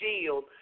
shield